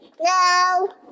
No